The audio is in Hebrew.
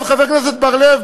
חבר הכנסת בר-לב,